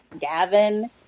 Gavin